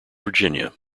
virginia